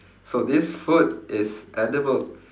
so this food is edible